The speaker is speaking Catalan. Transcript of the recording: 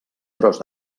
tros